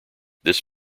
this